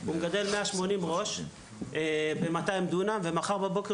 אז אם אדם מגדל 180 ראש ב-200 דונם ומחר בבוקר